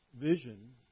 vision